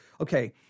Okay